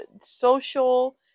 social